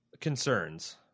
Concerns